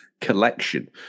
collection